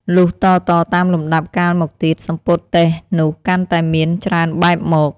លុះតៗតាមលំដាប់កាលមកទៀត សំពត់ទេសនោះកាន់តែមាន ច្រើនបែបមក។